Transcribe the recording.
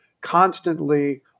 constantly